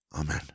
Amen